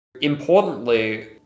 Importantly